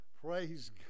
praise